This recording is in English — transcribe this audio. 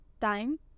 time